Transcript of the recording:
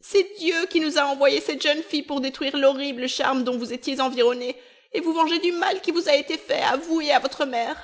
c'est dieu qui nous a envoyé cette jeune fille pour détruire l'horrible charme dont vous étiez environné et vous venger du mal qui vous a été fait à vous et à votre mère